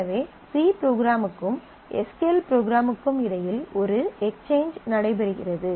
எனவே சி ப்ரோக்ராமுக்கும் S Q L ப்ரோக்ராமுக்கும் இடையில் ஒரு எக்ஸ்சேன்ஜ் நடைபெறுகிறது